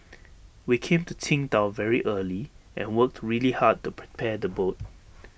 we came to Qingdao very early and worked really hard to prepare the boat